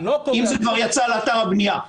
אם זה כבר יצא לאתר הבנייה.